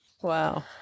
Wow